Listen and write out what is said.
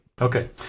Okay